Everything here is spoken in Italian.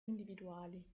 individuali